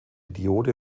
diode